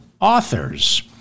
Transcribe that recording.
authors